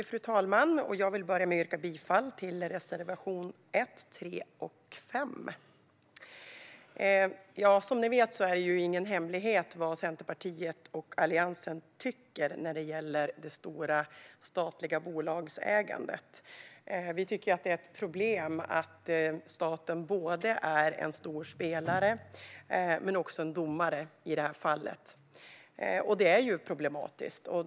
Fru talman! Jag vill börja med att yrka bifall till reservationerna 1, 3 och 5. Som ni vet är det ingen hemlighet vad Centerpartiet och Alliansen tycker när det gäller det stora statliga bolagsägandet. Vi tycker att det är problematiskt att staten är både en stor spelare och en domare i detta fall.